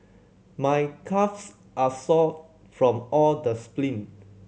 my calves are sore from all the